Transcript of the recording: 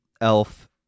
elf